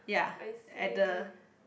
I see